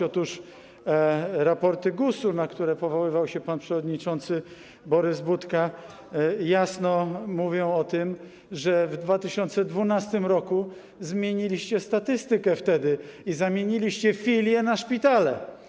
Otóż raporty GUS-u, na które powoływał się pan przewodniczący Borys Budka, jasno mówią o tym, że w 2012 r. zmieniliście statystykę i zamieniliście filie na szpitale.